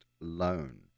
loan